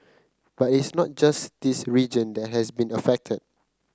but it's not just this region that has been affected